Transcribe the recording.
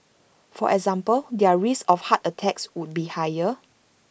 for example their risk of heart attacks would be higher